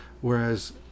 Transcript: whereas